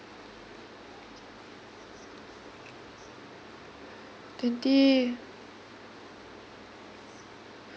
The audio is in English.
twenty